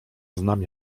znam